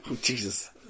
Jesus